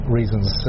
reasons